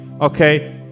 okay